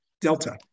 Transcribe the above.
Delta